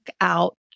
out